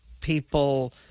people